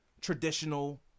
traditional